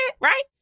right